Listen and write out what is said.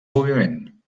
moviment